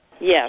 Yes